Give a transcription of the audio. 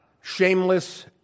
Shameless